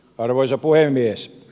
arvoisa puhemies